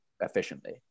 efficiently